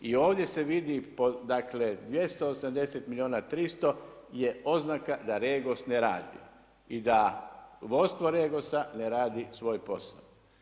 I ovdje se vidi, dakle 280 milijuna, 300 je oznaka da Regos ne radi i da vodstvo Regosa ne radi svoj posao.